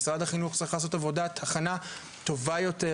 משרד החינוך צריך לעשות עבודת הכנה טובה יותר,